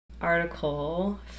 article